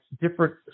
different